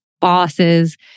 bosses